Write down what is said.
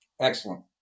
Excellent